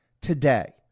today